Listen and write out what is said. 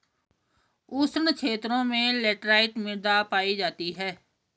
उष्ण क्षेत्रों में लैटराइट मृदा पायी जाती है